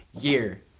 year